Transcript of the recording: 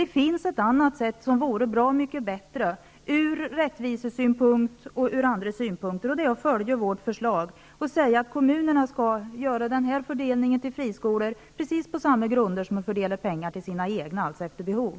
Det finns ett annat sätt som vore bra mycket bättre från rättvisesynpunkt och andra synpunkter, nämligen att följa vårt förslag och säga att kommunerna skall göra fördelningen av statsbidraget till friskolor utifrån samma grunder som till sina egna skolor, dvs. efter behov.